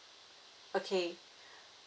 okay